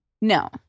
No